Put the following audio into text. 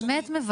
אני באמת מבקשת.